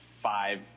five